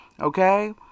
okay